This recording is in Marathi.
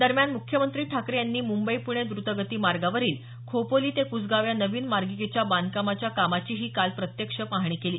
दरम्यान मुख्यमंत्री ठाकरे यांनी मुंबई पुणे द्रतगती मार्गावरील खोपोली ते कुसगाव या नवीन मार्गिकेच्या बांधकामाच्या कामाचीही काल प्रत्यक्ष पाहणी केली